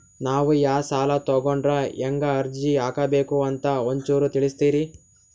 ನಾವು ಯಾ ಸಾಲ ತೊಗೊಂಡ್ರ ಹೆಂಗ ಅರ್ಜಿ ಹಾಕಬೇಕು ಅಂತ ಒಂಚೂರು ತಿಳಿಸ್ತೀರಿ?